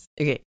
Okay